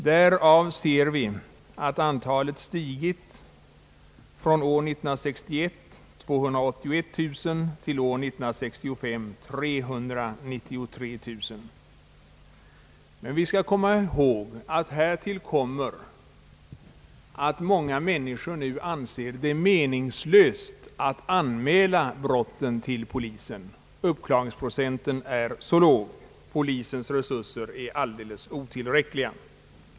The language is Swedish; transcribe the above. Därav framgår att antalet stigit från 281000 år 1961 till 393 000 år 1965. Men vi skall komma ihåg att härtill kommer att många människor nu anser det meningslöst att anmäla brot ten till polisen eftersom uppklaringsprocenten på grund av polisens otillräckliga resurser är så låg. Antalet begångna brott är därför i verkligheten ännu större.